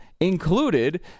included